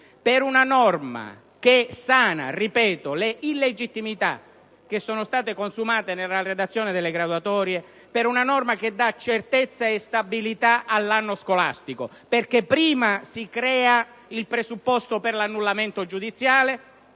per una norma che sana - ripeto - le illegittimità che sono state consumate nella redazione delle graduatorie, né per una norma che dà certezza e stabilità all'anno scolastico. Infatti prima si è creato il presupposto per l'annullamento giudiziale